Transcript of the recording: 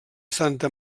santa